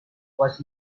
was